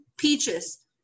Peaches